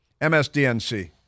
MSDNC